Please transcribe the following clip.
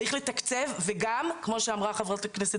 צריך לתקציב וגם כמו שאמרה חברת הכנסת